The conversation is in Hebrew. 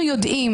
אנחנו יודעים